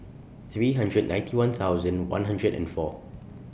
three hundred and ninety one thousand one hundred and four